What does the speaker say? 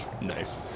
Nice